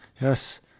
Yes